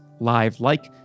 LiveLike